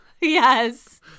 yes